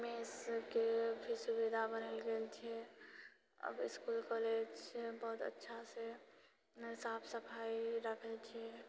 मेसके भी सुविधा बनल गेल छै आब इसकुल कॉलेजमे बहुत अच्छासँ साफ सफाइ राखैत छिऐ